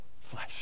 flesh